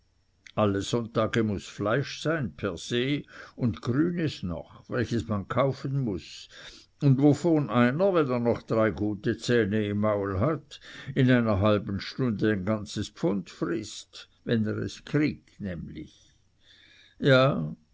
alle sonntage muß fleisch sein per se und grünes noch welches man kaufen muß wovon einer wenn er noch drei gute zähne im maul hat in einer halben stunde ein ganzes pfund frißt wenn er es kriegt nämlich ja